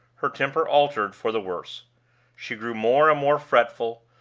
her temper altered for the worse she grew more and more fretful,